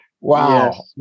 Wow